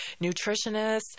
nutritionists